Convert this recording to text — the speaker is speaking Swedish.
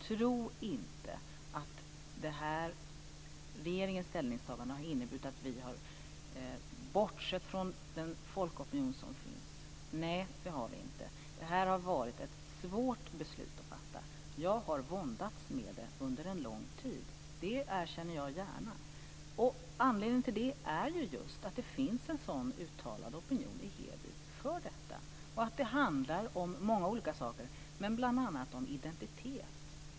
Tro inte att regeringens ställningstagande har inneburit att vi har bortsett från den folkopinion som finns. Nej, det har vi inte. Detta har varit ett svårt beslut att fatta. Jag har våndats med det under en lång tid. Det erkänner jag gärna. Anledningen till det är ju just att det finns en sådan uttalad opinion i Heby för detta och att det handlar om många olika saker, bl.a. om identitet.